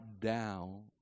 down